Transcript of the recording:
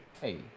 hey